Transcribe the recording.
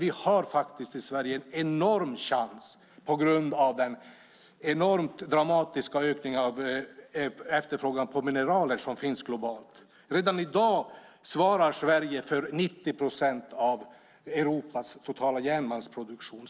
Vi har en enorm chans tack vare den dramatiskt ökade efterfrågan på mineraler som finns globalt. Redan i dag svarar Sverige för 90 procent av Europas totala järnmalmsproduktion.